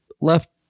left